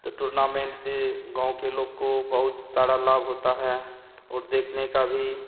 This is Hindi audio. तो टुर्नामेंट से गाँव के लोग को बहुत सारा लाभ होता है और देखने का भी